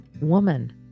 Woman